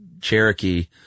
Cherokee